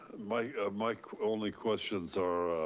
my my only questions are,